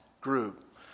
group